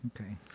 Okay